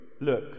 Look